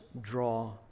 draw